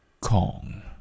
Kong